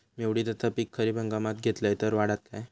मी उडीदाचा पीक खरीप हंगामात घेतलय तर वाढात काय?